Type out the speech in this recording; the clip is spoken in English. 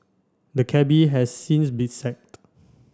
the cabby has since been sacked